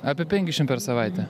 apie penkiašim per savaitę